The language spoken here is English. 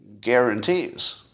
guarantees